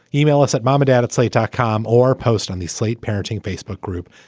email us at mom or dad at slate dot com or post on the slate parenting facebook group.